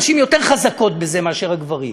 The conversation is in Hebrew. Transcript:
הנשים יותר חזקות בזה מאשר הגברים.